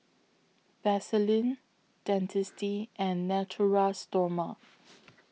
Vaselin Dentiste and Natura Stoma